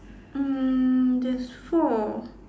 mm there's four